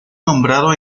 nombrado